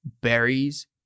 berries